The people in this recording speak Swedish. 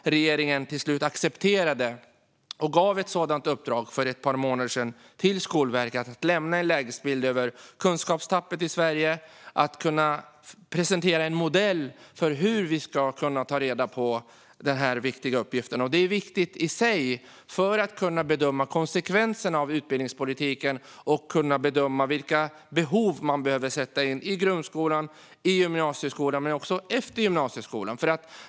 Regeringen accepterade till slut detta och gav för ett par månader sedan Skolverket i uppdrag att lämna en lägesbild över kunskapstappet i Sverige och att presentera en modell för hur vi ska kunna ta reda på den här viktiga uppgiften. Detta är viktigt i sig för att kunna bedöma konsekvenserna av utbildningspolitiken och för att kunna bedöma vilka åtgärder som behöver sättas in i grundskolan, i gymnasieskolan och efter gymnasieskolan.